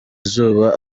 izuba